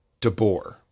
DeBoer